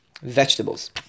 vegetables